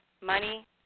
money